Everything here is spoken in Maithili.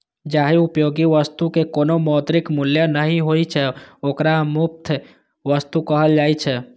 जाहि उपयोगी वस्तुक कोनो मौद्रिक मूल्य नहि होइ छै, ओकरा मुफ्त वस्तु कहल जाइ छै